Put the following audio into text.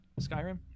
Skyrim